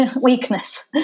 weakness